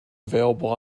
available